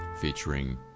featuring